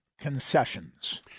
concessions